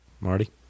Marty